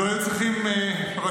יש לי גם את הדרישות שלי.